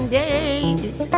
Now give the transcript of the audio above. days